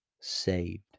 saved